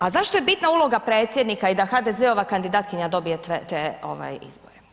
A zašto je bitna uloga Predsjednika i da HDZ-ova kandidatkinja dobije te izbore?